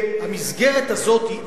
והמסגרת הזאת היא אזרחות,